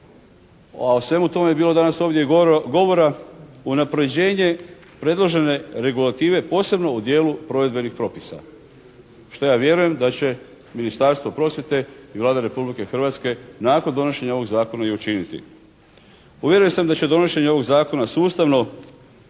a o svemu tome je bilo danas ovdje i govora unapređenje predložene regulative posebno u dijelu provedbenih propisa što ja vjerujem da će Ministarstvo prosvjete i Vlada Republike Hrvatske nakon donošenja ovog Zakona i učiniti. Uvjeren sam da će donošenje ovog Zakona sustavno